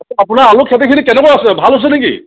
আপোনাৰ আলু খেতিখিনি কেনেকুৱা আছে ভাল হৈছে নেকি